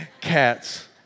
Cats